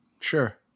Sure